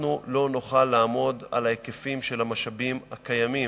אנחנו לא נוכל לעמוד על ההיקפים של המשאבים הקיימים.